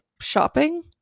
shopping